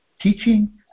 teaching